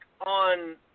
on